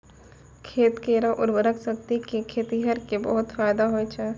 खेत केरो उर्वरा शक्ति सें खेतिहर क बहुत फैदा होय छै